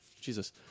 jesus